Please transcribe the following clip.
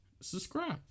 subscribe